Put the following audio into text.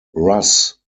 russ